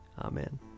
Amen